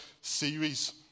series